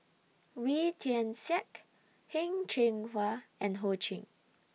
Wee Tian Siak Heng Cheng Hwa and Ho Ching